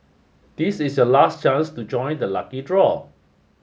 this is your last chance to join the lucky draw